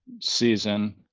season